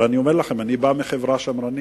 ואני אומר לכם שאני בא מחברה שמרנית,